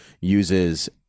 uses